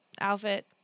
outfit